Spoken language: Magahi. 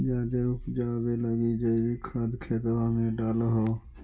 जायदे उपजाबे लगी जैवीक खाद खेतबा मे डाल हो?